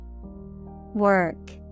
Work